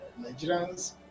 Nigerians